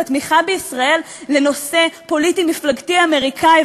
התמיכה בישראל לנושא פוליטי מפלגתי אמריקני,